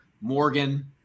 Morgan